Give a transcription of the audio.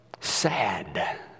Sad